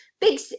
Big